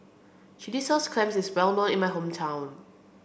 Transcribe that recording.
Chilli Sauce Clams is well known in my hometown